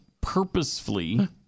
purposefully